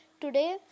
Today